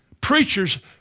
Preachers